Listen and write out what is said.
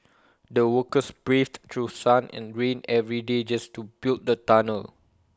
the workers braved through sun and rain every day just to build the tunnel